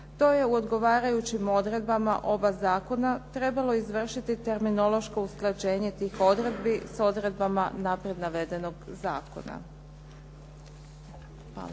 to je u odgovarajućim odredbama oba zakona trebalo izvršiti terminološko usklađenje tih odredbi s odredbama naprijed navedenog zakona.